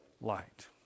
light